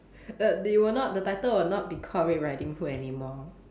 err they will not the title will not be called red riding hood anymore